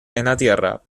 terrestres